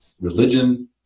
religion